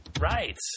Right